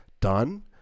done